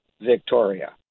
Victoria